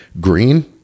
green